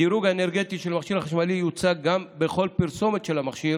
הדירוג האנרגטי של מכשיר חשמלי יוצג בכל פרסומת של המכשיר